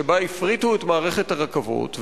שבה הפריטו את מערכת הרכבות,